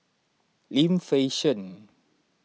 Lim Fei Shen